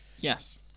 Yes